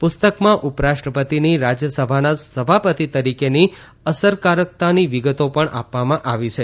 પુસ્તકમાં ઉપરાષ્ટ્રપતિની રાજ્યસભાના સભાપતિ તરીકેની અસરકારકતાની વિગતો પણ આપવામાં આવી છે